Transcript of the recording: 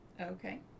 Okay